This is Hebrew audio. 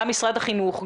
גם משרד החינוך,